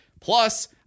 Plus